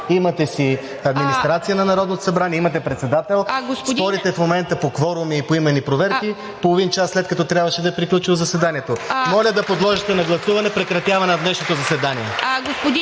имате си администрация на Народното събрание, имате председател. Спорите в момента по кворум и по поименни проверки, половин час след като трябваше да е приключило заседанието. (Ръкопляскания от ИТН.) Моля да подложите на гласуване прекратяване на днешното заседание.